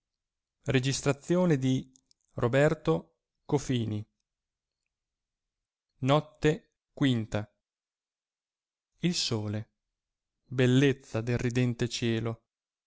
della quarta notte notte quinta il sole bellezza del ridente cielo